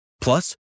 Plus